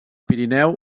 pirineu